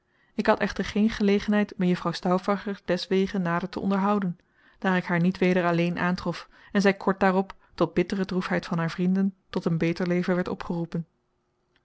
ik had echter geene gelegenheid mejuffrouw stauffacher deswege nader te onderhouden daar ik haar niet weder alleen aantrof en zij kort daarop tot bittere droefheid van haar vrienden tot een beter leven werd opgeroepen